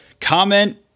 comment